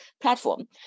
platform